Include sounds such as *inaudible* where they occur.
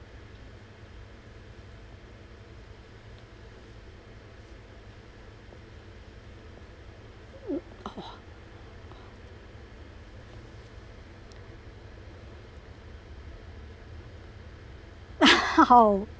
*noise* *laughs* !wow!